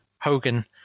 Hogan